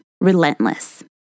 relentless